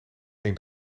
één